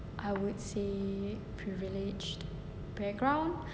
I would say privilege background